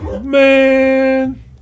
Man